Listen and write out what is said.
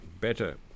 Better